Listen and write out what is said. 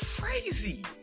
crazy